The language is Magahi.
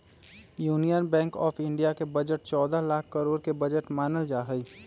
यूनियन बैंक आफ इन्डिया के बजट चौदह लाख करोड के बजट मानल जाहई